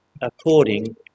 according